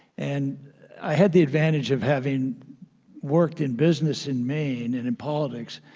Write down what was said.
and i had the advantage of having worked in business in maine and in politics,